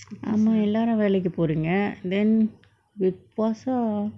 ஆமா எல்லாரு வேலைக்கு போரிங்க:aamaa ellaru velaiku poringa then with puasa